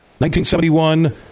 1971